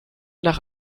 nach